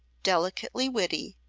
delicately witty,